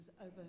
over